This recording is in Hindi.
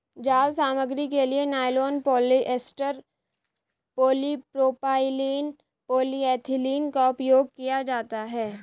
जाल सामग्री के लिए नायलॉन, पॉलिएस्टर, पॉलीप्रोपाइलीन, पॉलीएथिलीन का उपयोग किया जाता है